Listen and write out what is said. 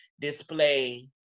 display